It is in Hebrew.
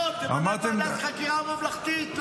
לא, תמנה ועדת חקירה ממלכתית.